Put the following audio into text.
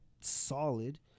Solid